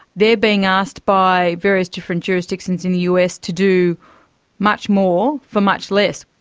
they're being asked by various different jurisdictions in the us to do much more for much less.